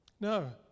No